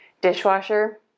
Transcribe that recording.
dishwasher